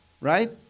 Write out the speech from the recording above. right